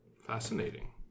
Fascinating